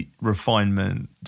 refinement